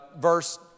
verse